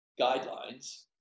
guidelines